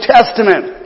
Testament